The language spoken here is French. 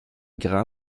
grand